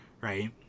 right